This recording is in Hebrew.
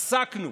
עסקנו